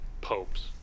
popes